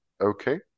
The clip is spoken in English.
Okay